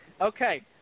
okay